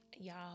y'all